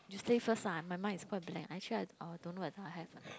just say first ah my mind is quite blank actually I I don't know I don't have lah